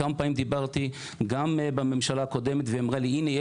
כמה פעמים דיברתי גם בממשלה הקודמת ונאמר לי: הנה,